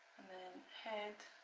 and then head